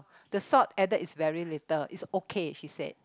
the salt added is very little it's okay she said